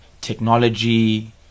technology